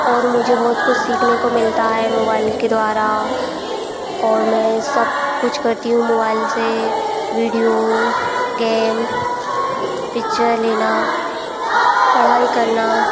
और मुझे बहुत कुछ सीखने को मिलता है मोबाइल के द्वारा और मैं सब कुछ करती हूँ मोबाइल से वीडियो गैम पिच्चर लेना पढ़ाई करना